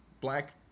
black